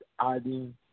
adding